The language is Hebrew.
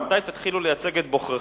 זחאלקה, מתי תתחילו לייצג את בוחריכם.